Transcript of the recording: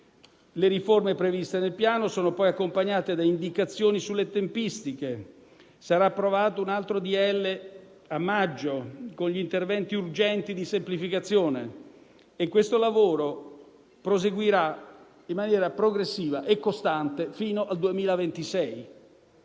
Le riforme previste nel Piano sono poi accompagnate da indicazioni sulle tempistiche: sarà approvato un altro decreto-legge a maggio con gli interventi urgenti di semplificazione, e questo lavoro proseguirà in maniera progressiva e costante fino al 2026.